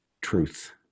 truth